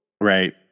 right